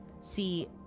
see